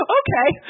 okay